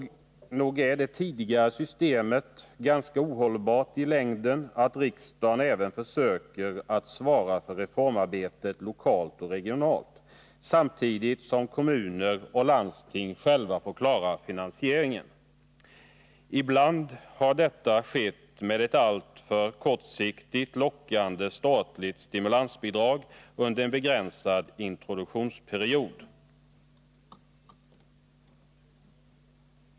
Nog är det tidigare systemet ganska ohållbart i längden, att riksdagen även försöker att svara för reformarbetet lokalt och regionalt, samtidigt som kommuner och landsting själva får klara finansieringen. Ibland har detta skett med ett alltför korsiktigt lockande statligt ”stimulansbidrag” under en begränsad introduktionsperiod.